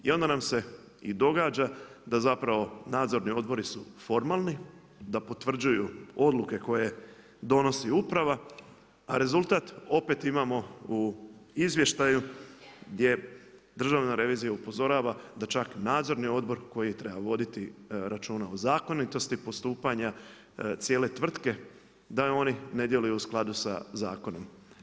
I onda nam se i događa da zapravo nadzorni odbori su formalni da potvrđuju odluke koje donosi uprava, a rezultat opet imamo u izvještaju gdje Državna revizija upozorava da čak nadzorni odbor, koji treba voditi, računa o zakonitosti postupanja cijele tvrtke, da oni ne djeluju u skladnu s zakonom.